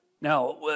Now